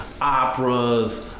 Operas